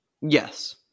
Yes